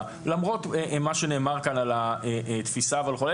למרות מה שנאמר כאן על התפיסה וכולי.